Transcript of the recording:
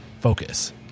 focus